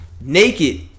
naked